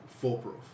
foolproof